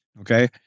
Okay